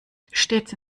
stets